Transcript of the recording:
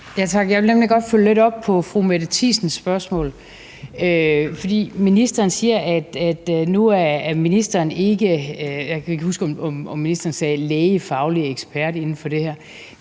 Jeg vil nemlig godt følge lidt op på fru Mette Thiesens spørgsmål, for ministeren siger, at ministeren ikke er, og jeg kan ikke huske, om ministeren sagde lægefaglig ekspert inden for det her,